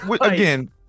Again